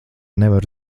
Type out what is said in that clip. nevar